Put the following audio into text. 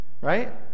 Right